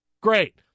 great